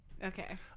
okay